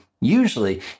usually